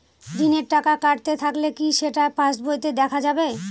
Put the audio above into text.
ঋণের টাকা কাটতে থাকলে কি সেটা পাসবইতে দেখা যাবে?